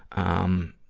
um,